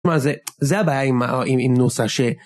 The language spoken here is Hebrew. זה הבעיה עם נוסה ש...